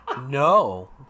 No